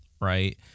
right